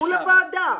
ספרו לוועדה.